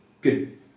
good